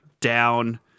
down